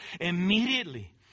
Immediately